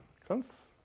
makes sense?